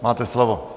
Máte slovo.